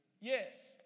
Yes